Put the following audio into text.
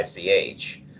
ICH